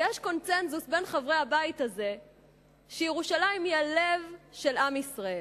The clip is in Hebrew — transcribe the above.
ויש קונסנזוס בין חברי הבית הזה שירושלים היא הלב של עם ישראל.